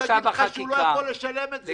הוא יגיד לך שהוא לא יכול לשלם את זה.